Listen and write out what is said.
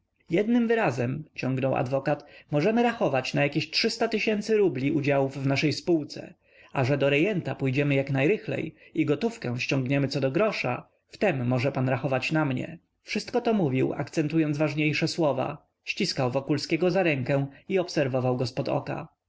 jednym wyrazem ciągnął adwokat możemy rachować na jakieś trzysta tysięcy rubli udziałów w naszej spółce a że do rejenta pójdziemy jak najrychlej i gotówkę ściągniemy co do grosza w tem może pan rachować na mnie wszystko to mówił akcentując ważniejsze wyrazy ściskał wokulskiego za rękę i obserwował